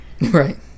Right